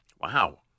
Wow